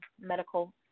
Medical